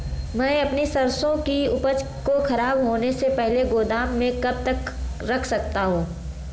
मैं अपनी सरसों की उपज को खराब होने से पहले गोदाम में कब तक रख सकता हूँ?